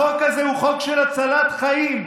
החוק הזה הוא חוק של הצלת חיים.